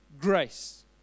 grace